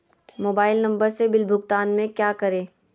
Mobile number से bill भुगतान में क्या करें?